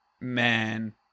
man